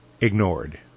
ignored